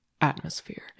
atmosphere